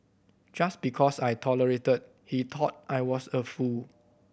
just because I tolerated he thought I was a fool